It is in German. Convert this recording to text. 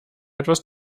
etwas